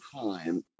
time